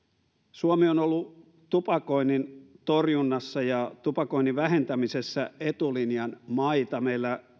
suomi on ollut tupakoinnin torjunnassa ja tupakoinnin vähentämisessä etulinjan maita meillä